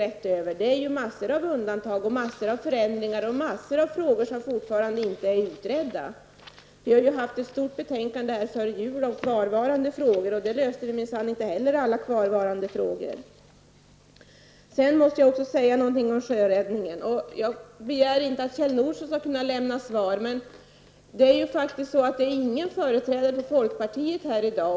Det finns ju en mängd undantag, förändringar och frågor som fortfarande inte är utredda. Före jul behandlade vi ju ett stort betänkande om kvarvarande frågor, men vi löste minsann inte alla kvarvarande frågor. Jag måste även säga något om sjöräddningen. Jag begär inte att Kjell Nordström skall kunna lämna svar. Men det finns ingen företrädare för folkpartiet här i dag.